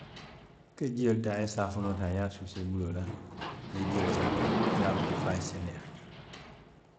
I ka jio le taa i ye saafunoo taa i ye a suusaa i buloo la, i ye jio ke a kaŋ, i ye a kuu fo a ye seneyaa